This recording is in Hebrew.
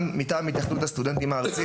פעלנו במל"ג גם מטעם התאחדות הסטודנטים הארצית,